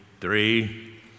three